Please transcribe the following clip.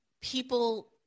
people